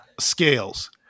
scales